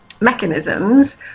mechanisms